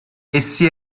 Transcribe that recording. essi